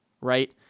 Right